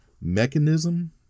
mechanism